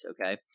Okay